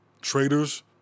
traders